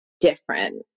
different